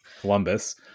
Columbus